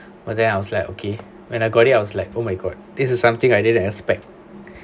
but then I was like okay when I got it I was like oh my god this is something I didn't expect